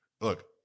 look